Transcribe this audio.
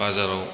बाजाराव